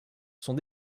sont